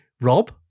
rob